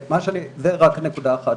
זאת רק נקודה אחת,